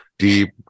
deep